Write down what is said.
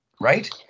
Right